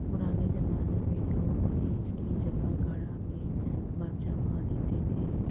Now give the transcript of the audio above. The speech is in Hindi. पुराने जमाने में लोग फ्रिज की जगह घड़ा में बर्फ जमा लेते थे